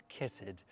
kitted